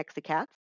Mexicats